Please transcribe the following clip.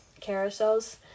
carousels